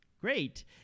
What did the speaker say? great